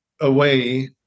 away